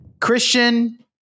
Christian